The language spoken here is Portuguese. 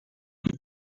uma